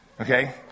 Okay